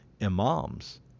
imams